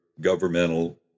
governmental